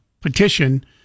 petition